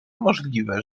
możliwe